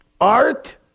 art